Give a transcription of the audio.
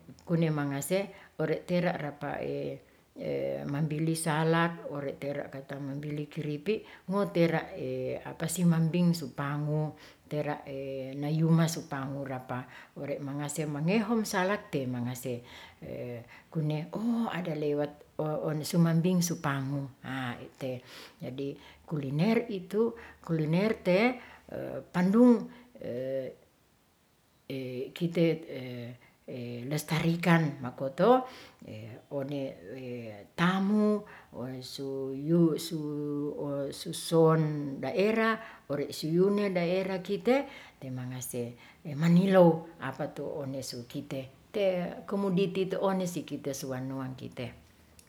Kune mangase ore tera rapa mambili salak ore' tera kata mambili kiripik ngotera' apasi mambing su pangu tera' nayuma su pangu rapa ore mangase mangehom salak te mangase kune oo ada lewat onsumambing su pangu haa te jadi kuliner itu, kuliner te pandung kite lestarikan makoto one tamu suson daerah ore suyune daerah kite temangase manilow apatu onesu kite te kemuditi tu onesi kite suwanuang kite.